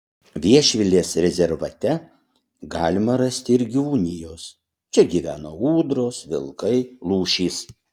viešvilės rezervate galima rasti ir gyvūnijos čia gyvena ūdros vilkai lūšys